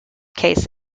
case